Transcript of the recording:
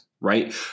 Right